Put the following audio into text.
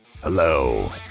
Hello